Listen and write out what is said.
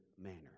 manner